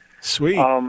Sweet